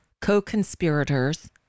co-conspirators